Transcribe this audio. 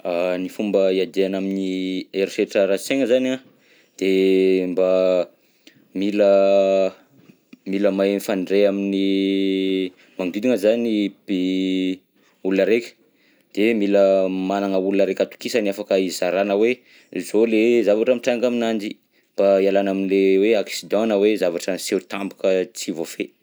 Ny fomba iadiana amin'ny herisetra ara-tsaigna zany an, de mba mila, mila mahay mifandray amin'ny magnodidina zany i olona raika, de mila managna olona raika atokisany afaka izarana hoe zao le zavatra mitranga aminanjy, mba ialana am'le hoe accident na hoe zavatra miseho tampoka tsy voafehy.